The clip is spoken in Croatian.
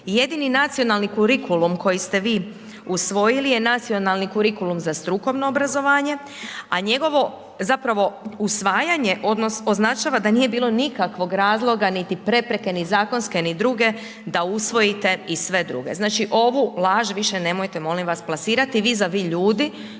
Jedini nacionalni kurikulum koji ste vi usvojili je nacionalni kurikulum za strukovno obrazovanje, a njegovo zapravo usvajanje označava da nije bilo nikakvog razloga, niti prepreke, ni zakonske ni druge da usvojite i sve druge. Znači ovu laž više nemojte molim vas plasirati vi za vi ljudi